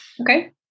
Okay